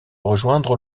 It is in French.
rejoindre